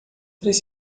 três